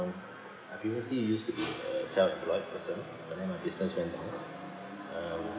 I previously used to be a self-employed person and then my business went down um